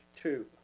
two